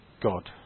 God